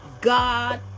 God